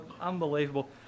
unbelievable